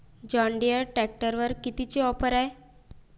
John Deere ट्रॅक्टरवर कितीची offer हाये?